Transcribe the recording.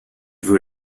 veux